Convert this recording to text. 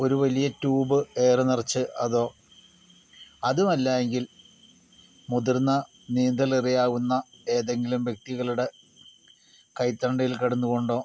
ഒരു വലിയ tube air നിറച്ച് അതോ അതും അല്ല എങ്കിൽ മുതിർന്ന നീന്തൽ അറിയാവുന്ന ഏതെങ്കിലും വ്യക്തികളുടെ കൈത്തണ്ടയിൽ കിടന്നു കൊണ്ടോ